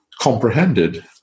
comprehended